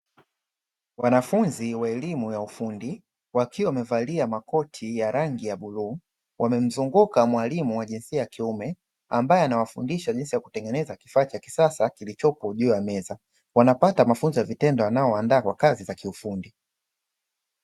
Wanafunzi wa elimu ya ufundi wakiwa wamevalia makoti ya rangi ya bluu, wamemzunguka mwalimu wa jinsia ya kiume ambaye anawafundisha jinsi ya kutengeneza kifaa cha kisasa kilichpo juu ya meza wanapata mafunzo ya vitendo yanayowaandaa kwa ajili ya kazi za kiufundi.